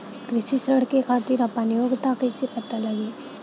कृषि ऋण के खातिर आपन योग्यता कईसे पता लगी?